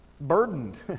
burdened